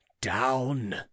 down